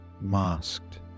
masked